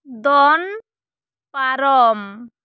ᱫᱚᱱ ᱯᱟᱨᱚᱢ